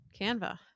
Canva